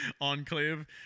enclave